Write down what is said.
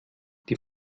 die